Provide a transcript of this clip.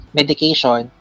medication